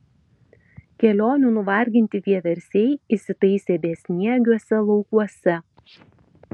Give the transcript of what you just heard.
kelionių nuvarginti vieversiai įsitaisė besniegiuose laukuose